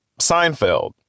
Seinfeld